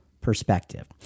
perspective